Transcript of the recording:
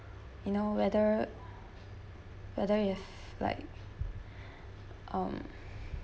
you know whether whether if like um